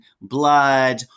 blood